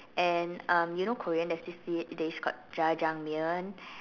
and um you know Korean there's this d~ dish called jjajangmyeon